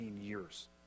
years